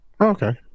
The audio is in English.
okay